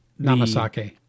Namasake